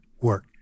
work